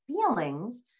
feelings